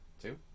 Two